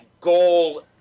goal